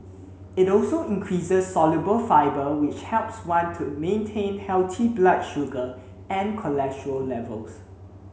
it also increases soluble fibre which helps one to maintain healthy blood sugar and cholesterol levels